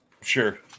Sure